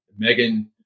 Megan